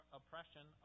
oppression